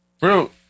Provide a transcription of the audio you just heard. bro